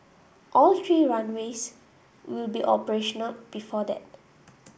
all three runways will be operational before that